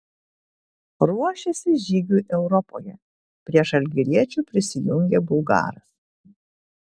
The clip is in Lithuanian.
ruošiasi žygiui europoje prie žalgiriečių prisijungė bulgaras